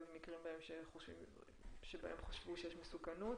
גם במקרים שבהם חשבו שיש מסוכנות.